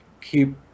keep